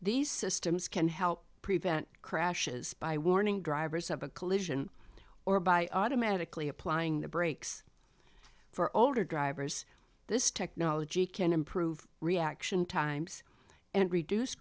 these systems can help prevent crashes by warning drivers of a collision or by automatically applying the brakes for older drivers this technology can improve reaction times and reduce